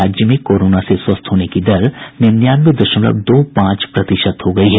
राज्य में कोरोना से स्वस्थ होने की दर निन्यानवे दशमलव दो पांच प्रतिशत हो गयी है